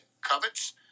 covets